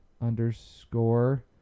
underscore